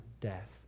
death